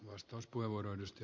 arvoisa puhemies